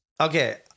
okay